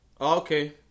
Okay